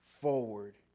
forward